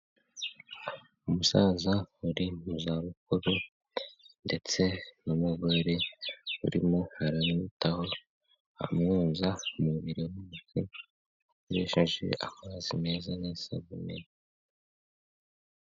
Umusaza uri mu zabukuru ndetse n'umugore urimo aramwitaho, amwoza umubiri wose, akoresheje amazi meza n'isabune.